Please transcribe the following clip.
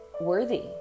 worthy